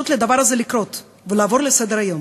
לדבר הזה לקרות ולעבור לסדר-היום.